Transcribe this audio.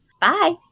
Bye